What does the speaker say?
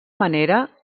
manera